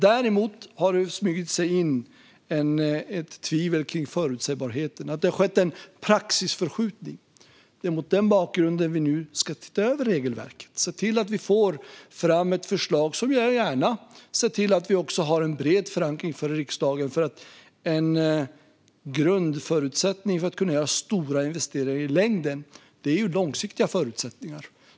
Däremot har det smugit sig in ett tvivel kring förutsägbarheten. Det har skett en praxisförskjutning, och det är mot den bakgrunden som vi nu ska se över regelverket och se till att vi får fram ett förslag som gärna får ha en bred förankring i riksdagen. En grundförutsättning för att kunna göra stora investeringar i längden är ju långsiktiga förutsättningar.